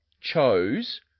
chose